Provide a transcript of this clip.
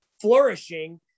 flourishing